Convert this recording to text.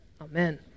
Amen